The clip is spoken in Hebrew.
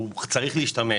הוא צריך להשתמש.